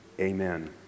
Amen